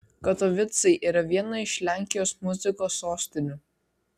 katovicai yra viena iš lenkijos muzikos sostinių